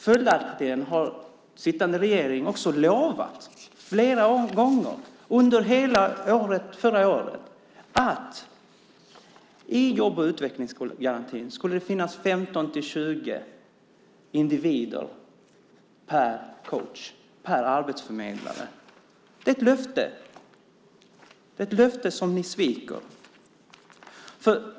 Följaktligen har sittande regering också lovat flera gånger under hela förra året att i jobb och utvecklingsgarantin ska det finnas 15-20 individer per coach, per arbetsförmedlare. Det är ett löfte. Det är ett löfte som ni sviker.